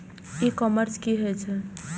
E commerce की होय छेय?